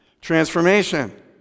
transformation